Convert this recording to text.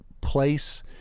place